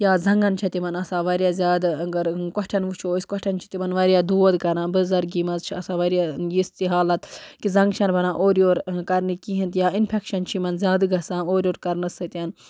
یا زَنگن چھےٚ تِمَن آسان واریاہ زیادٕ اگر کۄٹھٮ۪ن وٕچھو أسۍ کۄٹھٮ۪ن چھ تِمَن واریاہ دود کَران بُزَرگی مَنز چھِ آسان واریاہ یِژھ تہِ حالت کہِ زَنگہٕ چھنہٕ بَنان اورٕ یورٕ کَرنہِ کِہیٖنۍ تہِ یا اِنفٮ۪کشَن چھُ یِمَن زیادٕ گَژھان اورٕ یور کَرنہٕ سۭتۍ